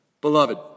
Beloved